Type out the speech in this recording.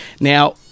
Now